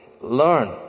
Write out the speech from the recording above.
learn